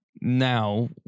now